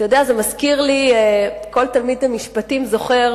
כל תלמיד למשפטים זוכר